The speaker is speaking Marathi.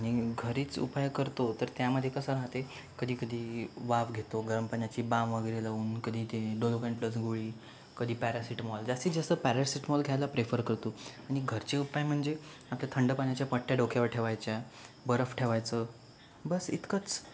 आणि घरीच उपाय करतो तर त्यामध्ये कसं राहते कधी कधी वाफ घेतो गरम पाण्याची बाम वगैरे लावून कधी ते डोरोमेन्ट प्लस गोळी कधी पॅरासिटामॉल जास्तीत जास्त पॅरासिटामॉल घ्यायचा प्रेफर करतो आणि घरचे उपाय म्हणजे थंड पाण्याच्या पट्ट्या डोक्यावर ठेवायच्या बर्फ ठेवायचं बस इतकंच